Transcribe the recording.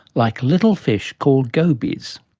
like little fish called gobies.